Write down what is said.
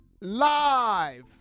live